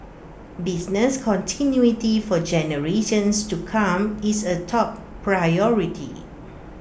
business continuity for generations to come is A top priority